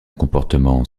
comportement